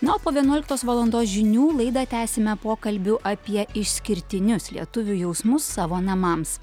na o po vienuoliktos valandos žinių laidą tęsime pokalbiu apie išskirtinius lietuvių jausmus savo namams